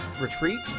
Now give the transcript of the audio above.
retreat